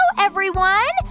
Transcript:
so everyone.